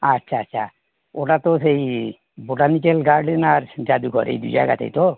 আচ্ছা আচ্ছা ওটা তো সেই বোটানিক্যাল গার্ডেন আর জাদুগর এই দু জায়গাতে তো